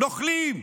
נוכלים.